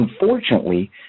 unfortunately